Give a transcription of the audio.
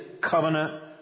covenant